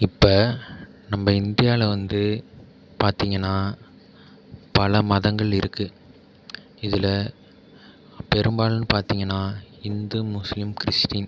இப்போ நம்ம இந்தியாவில் வந்து பார்த்திங்கன்னா பல மதங்கள் இருக்குது இதில் பெரும்பாலும்னு பார்த்திங்கன்னா இந்து முஸ்லீம் கிறிஸ்ட்டின்